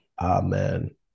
Amen